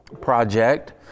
project